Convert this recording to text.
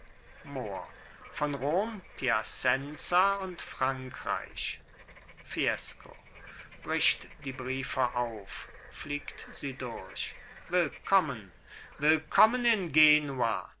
mohr von rom piacenza und frankreich fiesco bricht die briefe auf fliegt sie durch willkommen willkommen in genua